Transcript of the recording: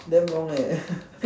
damn long eh